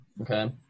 Okay